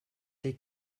les